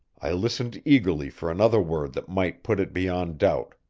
i listened eagerly for another word that might put it beyond doubt.